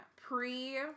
pre-